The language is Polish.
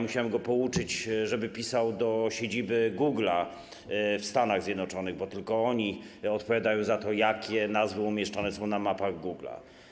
Musiałem go pouczyć, żeby pisał do siedziby Google w Stanach Zjednoczonych, bo tylko oni odpowiadają za to, jakie nazwy są umieszczane na mapach Google.